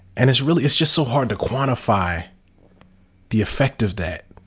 and it's really, it's just so hard to quantify the effect of that.